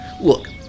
Look